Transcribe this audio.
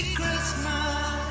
Christmas